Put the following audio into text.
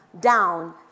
down